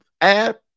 add